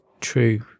true